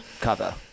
cover